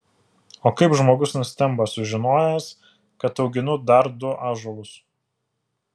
o kaip žmogus nustemba sužinojęs kad auginu dar du ąžuolus